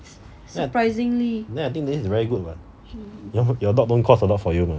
then I think this is very good [what] you dog don't cost a lot for you